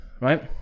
Right